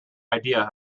idea